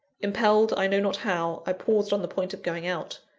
impelled, i know not how, i paused on the point of going out.